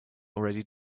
already